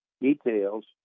details